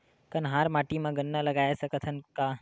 कन्हार माटी म गन्ना लगय सकथ न का?